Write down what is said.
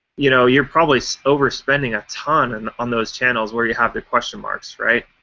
you know you're probably so over-spending a ton and on those channels where you have the question marks, right?